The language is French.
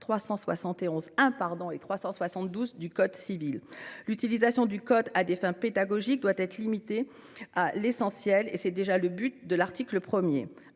371-1 et 372 du code civil. L'utilisation du code à des fins pédagogiques doit être limitée à l'essentiel. C'est déjà ce que vise l'article 1.